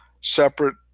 separate